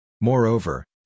Moreover